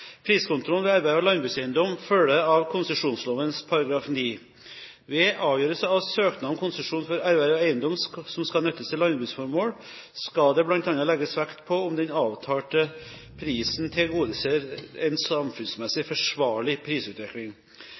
konsesjon for erverv av eiendom som skal nyttes til landbruksformål, skal det bl.a. legges vekt på om den avtalte prisen tilgodeser en samfunnsmessig forsvarlig prisutvikling.